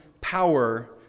power